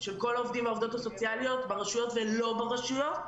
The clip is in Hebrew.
והעובדות הסוציאליות ברשויות ולא ברשויות,